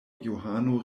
johano